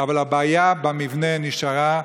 אבל הבעיה במבנה נשארה.